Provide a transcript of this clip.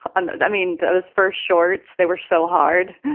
um i mean, those first shorts, they were so hard.